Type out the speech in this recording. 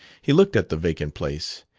he looked at the vacant place,